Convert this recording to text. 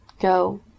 go